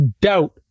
doubt